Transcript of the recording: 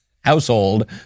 household